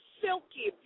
silky